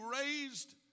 raised